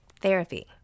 Therapy